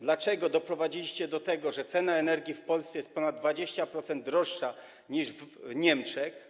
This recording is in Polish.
Dlaczego doprowadziliście do tego, że cena energii w Polsce jest ponad 20% wyższa niż w Niemczech?